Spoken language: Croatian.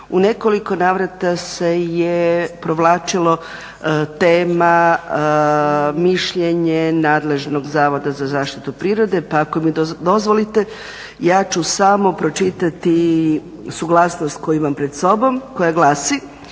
U nekoliko navrata se je provlačilo tema mišljenje nadležnog zavoda za zaštitu prirode, pa ako mi dozvolite ja ću samo pročitati suglasnost koju imam pred sobom, koja glasi